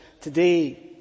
today